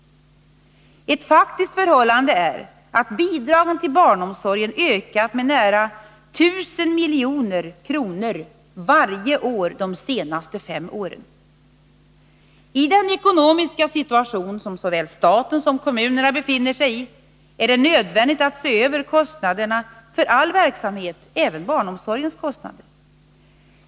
Ett faktiskt förhållande är att bidragen till barnomsorgen ökat med: nära 1000 milj.kr. varje år de senaste fem åren. I den ekonomiska situation som såväl staten som kommunerna befinner sig i är det nödvändigt att se över kostnaderna för all verksamhet, även barnomsorgens kostnader.